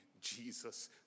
Jesus